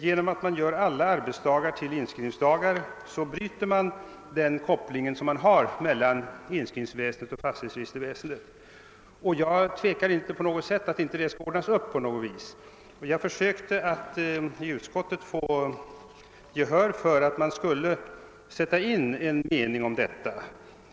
Genom att göra alla arbetsdagar till inskrivningsdagar bryter man den sammankoppling som finns mellan inskrivningsväsendet och fastighetsregisterväsendet. Jag betvivlar inte att denna sak skall kunna ordnas på något vis, men jag har försökt att i utskottet få gehör för att man i utlåtandet skulle sätta in en passus om detta.